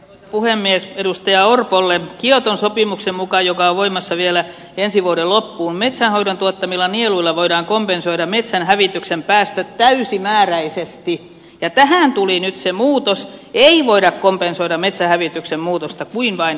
puhemies edustaja orpolle kioton sopimuksen muka joka voimassa vielä ensi vuoden loppuun metsänhoidon tuottamilla nieluilla voidaan kompensoida metsän hävityksen päästöt täysimääräisesti vetään tuli nyt se muutos ei hoida kompensoida metsähävityksen muutosta kuin vain